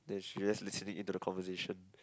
then she just listening to the conversation